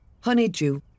Honeydew